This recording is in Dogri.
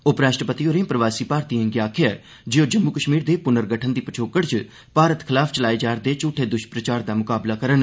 उपराष्ट्रपति होरें प्रवासी भारतीयें गी आखेआ ऐ जे ओह् जम्मू कश्मीर दे पनर्गठन दी पच्छोकड़ च भारत खलाफ चलाए जा रदे झूठे द्वष्प्रचार दा म्काबला करन